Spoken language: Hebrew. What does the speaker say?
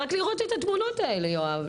רק לראות את התמונות האלה, יואב.